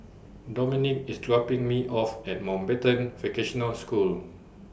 Dominic IS dropping Me off At Mountbatten Vocational School